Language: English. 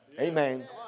Amen